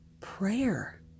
prayer